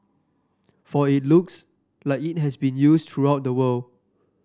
for it looks like it has been used throughout the world